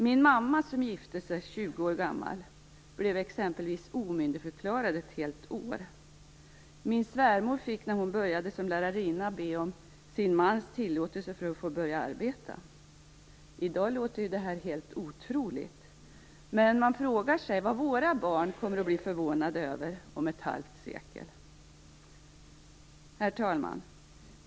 Min mamma som gifte sig 20 år gammal blev exempelvis omyndigförklarad ett helt år. Min svärmor fick när hon började som lärarinna be om sin mans tillåtelse för att börja arbeta. I dag låter det helt otroligt. Men man frågar sig vad våra barn kommer att förvånas över om ett halvt sekel. Herr talman!